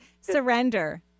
surrender